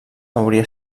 hauria